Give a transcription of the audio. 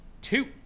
two